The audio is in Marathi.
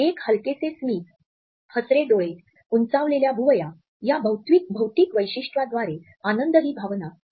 एक हलकेसे स्मित हसरे डोळे उंचावलेल्या भुवया या भौतिक वैशिष्ट्याद्वारे आनंद ही भावना सूचित होते